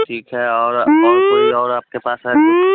ठीक है और और कोई और आपके पास है कुछ